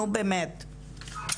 נו, באמת.